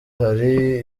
hari